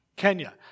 Kenya